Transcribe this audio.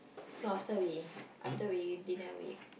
so after we after we dinner we